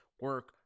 Work